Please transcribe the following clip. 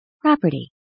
property